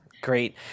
great